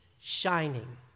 shining